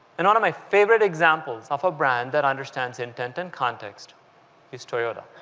and one of my favorite examples of a brand that understands intent and context is toyota.